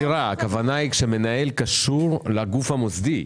הכוונה היא כשמנהל קשור לגוף המוסדי.